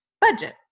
budget